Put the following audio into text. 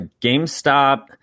GameStop